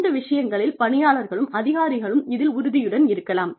இந்த விஷயங்களில் பணியாளர்களும் அதிகாரிகளும் இதில் உறுதியுடன் இருக்கலாம்